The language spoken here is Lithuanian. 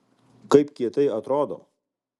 kaip kietai atrodo